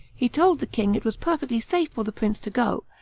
he told the king it was perfectly safe for the prince to go,